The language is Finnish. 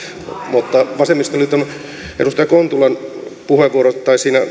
mutta vasemmistoliiton edustaja kontulan puheenvuorossa